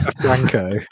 Franco